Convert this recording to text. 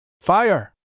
Fire